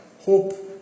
hope